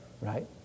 right